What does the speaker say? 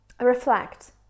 reflect